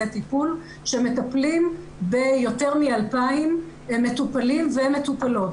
טיפול שמטפלים ביותר מ-2,000 מטופלים ומטופלות,